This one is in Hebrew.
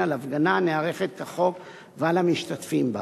על הפגנה הנערכת כחוק ועל המשתתפים בה.